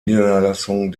niederlassung